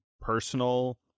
personal